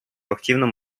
активном